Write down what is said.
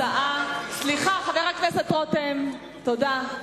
סליחה, חבר הכנסת רותם, תודה.